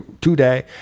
today